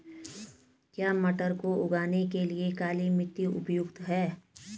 क्या मटर को उगाने के लिए काली मिट्टी उपयुक्त है?